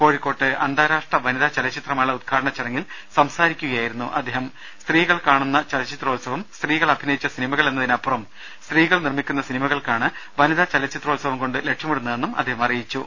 കോഴിക്കോട്ട് അന്താരാഷ്ട്ര വനിതാ ചലച്ചിത്രമേള ഉദ്ഘാടനം ചടങ്ങിൽ സംസാരിക്കുകയായിരുന്നു അദ്ദേഹം സ്ത്രീകൾ കാണുന്ന ചലച്ചിത്രോത്സവം സ്ത്രീകൾ അഭിനയിച്ച സിനിമകൾ എന്നതിനപ്പുറം സ്ത്രീകൾ നിർമിക്കുന്ന സിനിമകൾക്കാണ് വനിതാ ചലച്ചിത്രോത്സവം കൊണ്ട് ലക്ഷ്യമിടുന്നതെന്നും അദ്ദേഹം പറഞ്ഞു